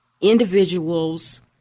individuals